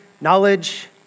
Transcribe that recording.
knowledge